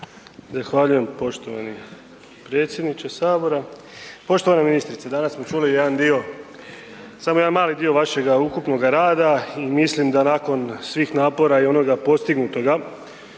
Zahvaljujem poštovani predsjedniče Sabora. Poštovana ministrice, danas smo čuli jedan dio, samo jedan mali dio vašega ukupnoga rada i mislim da nakon svih napora i onoga postignutoga,